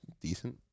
decent